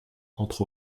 entre